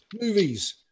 movies